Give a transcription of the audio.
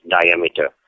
diameter